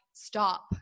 stop